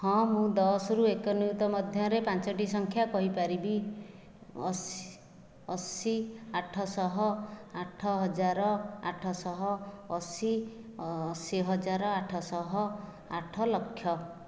ହଁ ମୁଁ ଦଶରୁ ଏକ ନିୟୁତ ମଧ୍ୟରେ ପାଞ୍ଚଟି ସଂଖ୍ୟା କହିପାରିବି ଅସ୍ ଅଶୀ ଆଠଶହ ଆଠହଜାର ଆଠଶହ ଅଶୀ ଅଶୀ ହଜାର ଆଠଶହ ଆଠଲକ୍ଷ